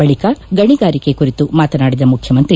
ಬಳಿಕ ಗಣಿಗಾರಿಕೆ ಕುರಿತು ಮಾತನಾಡಿದ ಮುಖ್ಯಮಂತ್ರಿ